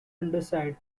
underside